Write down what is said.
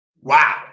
Wow